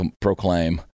proclaim